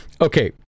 Okay